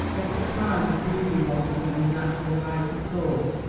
yet, at times, brooding on some unnatural height of thought,